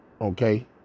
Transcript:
Okay